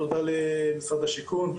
תודה למשרד השיכון,